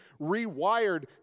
rewired